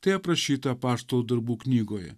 tai aprašyta apaštalų darbų knygoje